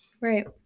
Right